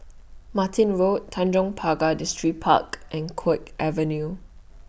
Martin Road Tanjong Pagar Distripark and Guok Avenue